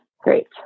great